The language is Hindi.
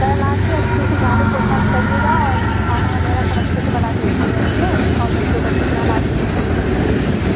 कल आके अच्छे से झाड़ू पोछा करिएगा और फिर खाना वगैरह सब अच्छे से बनाके रखिएगा ठीक है और बच्चों को अच्छे से नहला सब सही से